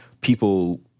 people